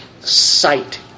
sight